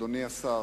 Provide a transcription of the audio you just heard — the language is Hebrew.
אדוני השר,